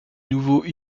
nouveau